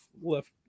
left